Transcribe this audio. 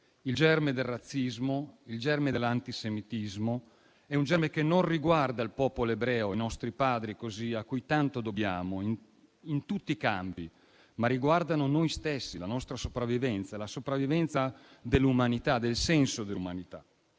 il germe del razzismo, il germe dell'antisemitismo non riguarda il popolo ebreo e i nostri padri, a cui tanto dobbiamo in tutti i campi, ma riguardano noi stessi, la nostra sopravvivenza, la sopravvivenza dell'umanità e del suo senso.